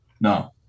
No